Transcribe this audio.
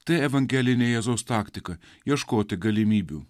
tai evangelinė jėzaus taktika ieškoti galimybių